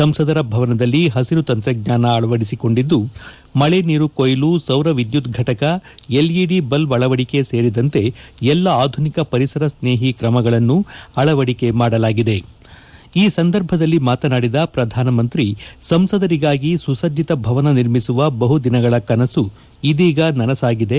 ಸಂಸದರ ಭವನದಲ್ಲಿ ಹಸಿರು ತಂತ್ರಜ್ಞಾನ ಅಳವದಿಸಿಕೊಂಡಿದ್ದು ಮಳೆನೀರು ಕೊಯ್ಲು ಸೌರ ವಿದ್ಯುತ್ ಘಟಕ ಎಲ್ಇಡಿ ಬಲ್ಲ್ ಅಳವಡಿಕೆ ಸೇರಿದಂತೆ ಎಲ್ಲಾ ಆಧುನಿಕ ಪರಿಸರ ಸ್ನೇಹಿ ಕ್ರಮಗಳನ್ನು ಅಳವಡಿಕೆ ಮಾಡಲಾಗಿದೆ ಈ ಸಂದರ್ಭದಲ್ಲಿ ಮಾತನಾಡಿದ ಪ್ರಧಾನಮಂತ್ರಿ ಸಂಸದರಿಗಾಗಿ ಸುಸಜ್ಜಿತ ಭವನ ನಿರ್ಮಿಸುವ ಬಹು ದಿನಗಳ ಕನಸು ಇದೀಗ ನನಸಾಗಿದೆ